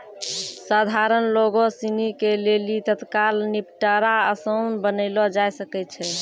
सधारण लोगो सिनी के लेली तत्काल निपटारा असान बनैलो जाय सकै छै